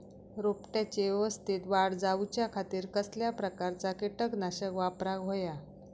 रोपट्याची यवस्तित वाढ जाऊच्या खातीर कसल्या प्रकारचा किटकनाशक वापराक होया?